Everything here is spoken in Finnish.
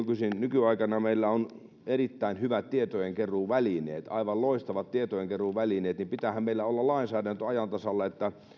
nykyaikana meillä on erittäin hyvät tietojenkeruuvälineet aivan loistavat tietojenkeruuvälineet niin pitäähän meillä olla lainsäädäntö ajan tasalla niin että